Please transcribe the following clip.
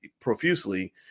profusely